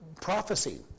prophecy